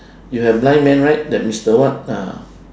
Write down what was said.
you have blind man right that mister what ah